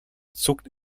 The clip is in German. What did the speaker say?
zuckt